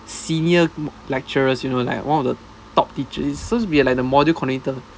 senior lecturers you know like one of the top teachers he's supposed to be like the module coordinator